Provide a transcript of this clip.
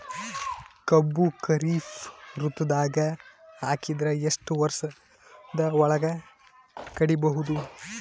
ಕಬ್ಬು ಖರೀಫ್ ಋತುದಾಗ ಹಾಕಿದರ ಎಷ್ಟ ವರ್ಷದ ಒಳಗ ಕಡಿಬಹುದು?